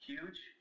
huge